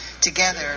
Together